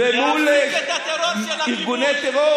תפסיק את הטרור של הכיבוש,